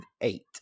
eight